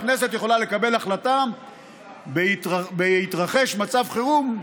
הכנסת יכולה לקבל החלטה בהתרחש מצב חירום,